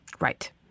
Right